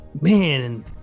man